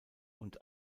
und